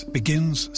begins